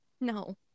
No